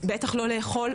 בטח לא לאכול,